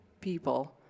people